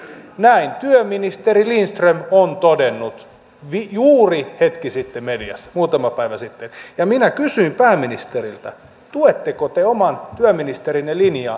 näin työministeri lindström on todennut juuri hetki sitten mediassa muutama päivä sitten ja minä kysyn pääministeriltä tuetteko te oman työministerinne linjaa tässä kysymyksessä